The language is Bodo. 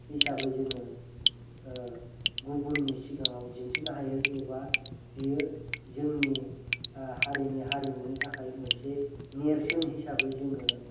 हिसाबै जोङो गुबुननि सिगांयाव दिन्थिनो हायो एबा बियो जोंनि हारिनि हारिमुनि थाखाय मोनसे नेर्सोन हिसाबै जोङो